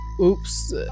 Oops